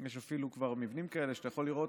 יש אפילו מבנים כאלה, ואתה יכול לראות.